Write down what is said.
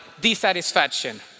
dissatisfaction